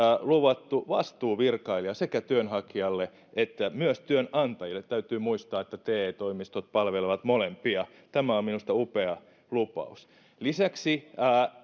luvattu vastuuvirkailija sekä työnhakijalle että myös työnantajille täytyy muistaa että te toimistot palvelevat molempia ja tämä on minusta upea lupaus lisäksi